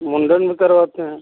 मुंडन भी करवाते हैं